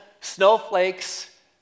snowflakes